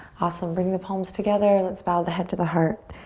awesome, bring the palms together. and let's bow the head to the heart.